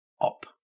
up